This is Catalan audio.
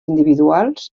individuals